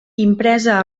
impresa